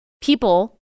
people